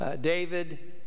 David